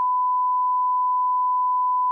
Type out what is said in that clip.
ולא עצרתם.